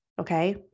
Okay